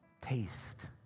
Taste